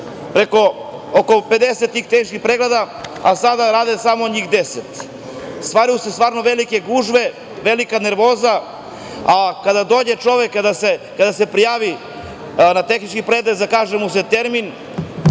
imamo oko 50 tih tehničkih pregleda, a sada radi samo njih 10. Stvaraju se velike gužve, velika nervoza, a kada dođe čovek, kada se prijavi na tehnički pregled, zakaže mu se termin,